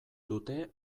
dute